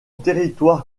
territoire